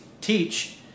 teach